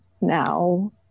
now